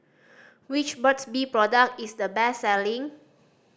which Burt's Bee product is the best selling